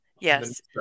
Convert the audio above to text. yes